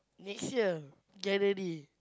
next year January